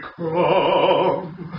come